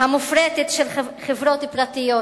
המופרטת של חברות פרטיות.